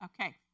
Okay